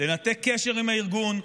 לנתק קשר עם הארגון,